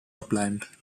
upland